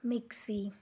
mixer